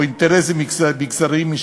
או אינטרסים מגזריים,